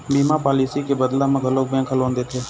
बीमा पॉलिसी के बदला म घलोक बेंक ह लोन देथे